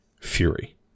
Fury